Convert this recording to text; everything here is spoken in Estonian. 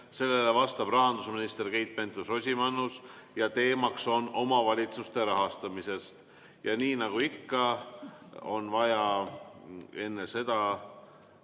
Sellele vastab rahandusminister Keit Pentus-Rosimannus ja teema on omavalitsuste rahastamine. Ja nii nagu ikka, on vaja enne seda